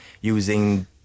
using